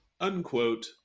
unquote